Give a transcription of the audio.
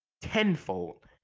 tenfold